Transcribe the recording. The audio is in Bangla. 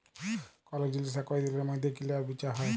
কল জিলিস একই দিলের মইধ্যে কিলা আর বিচা হ্যয়